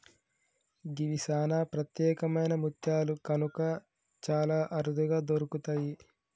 గివి సానా ప్రత్యేకమైన ముత్యాలు కనుక చాలా అరుదుగా దొరుకుతయి